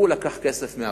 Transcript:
הוא לקח כסף מהבנק,